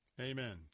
Amen